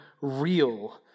real